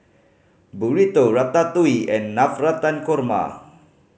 Burrito Ratatouille and Navratan Korma